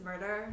murder